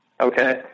okay